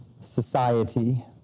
society